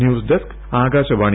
news desk Akashvani